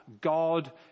God